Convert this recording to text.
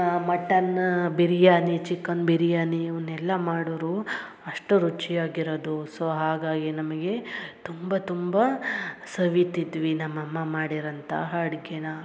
mutton biryani chicken biryani ಇವನ್ನೆಲ್ಲ ಮಾಡೋರು ಅಷ್ಟು ರುಚಿಯಾಗಿರದು ಸೊ ಹಾಗಾಗಿ ನಮಗೆ ತುಂಬ ತುಂಬ ಸವಿತಿದ್ವಿ ನಮ್ಮ ಅಮ್ಮ ಮಾಡಿರೋವಂಥ ಅಡ್ಗೆನ